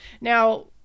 Now